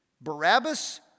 Barabbas